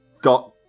got